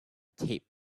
taped